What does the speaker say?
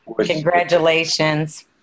Congratulations